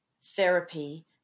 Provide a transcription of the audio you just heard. therapy